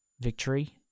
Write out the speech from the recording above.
victory